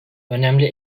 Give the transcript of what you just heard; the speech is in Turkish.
önemli